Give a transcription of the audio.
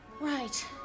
Right